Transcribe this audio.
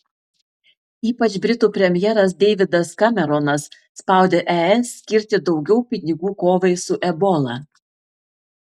ypač britų premjeras deividas kameronas spaudė es skirti daugiau pinigų kovai su ebola